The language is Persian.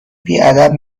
بیادب